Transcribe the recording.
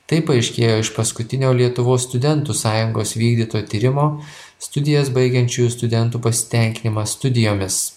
tai paaiškėjo iš paskutinio lietuvos studentų sąjungos vykdyto tyrimo studijas baigiančiųjų studentų pasitenkinimas studijomis